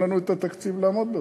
אין לנו התקציב לעמוד בזה.